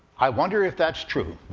i wonder if that's true.